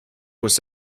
was